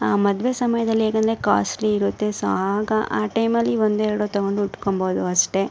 ಮದುವೆ ಸಮಯದಲ್ಲಿ ಹೇಗಂದ್ರೆ ಕಾಸ್ಟ್ಲಿ ಇರುತ್ತೆ ಸೊ ಆಗ ಆ ಟೈಮಲ್ಲಿ ಒಂದೋ ಎರಡೋ ತಗೊಂಡು ಉಟ್ಕೊಬೋದು ಅಷ್ಟೆ